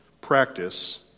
Practice